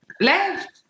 left